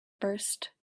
burst